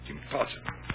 Impossible